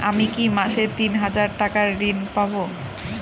আমি কি মাসে তিন হাজার টাকার ঋণ পাবো?